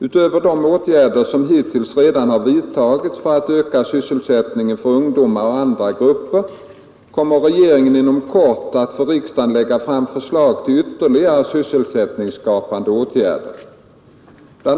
Utöver de åtgärder som hittills redan har vidtagits för att öka sysselsättningen för ungdomar och andra grupper kommer regeringen inom kort att för riksdagen lägga fram förslag till ytterligare sysselsättningsskapande åtgärder. Bl.